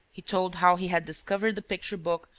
he told how he had discovered the picture-book,